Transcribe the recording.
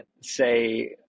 say